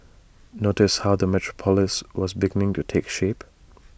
notice how the metropolis was beginning to take shape